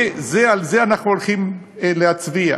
ועל זה אנחנו הולכים להצביע,